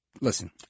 listen